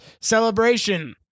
celebration